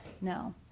No